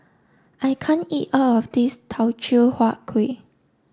I can't eat all of this Teochew Huat Kueh